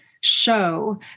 show